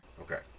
Okay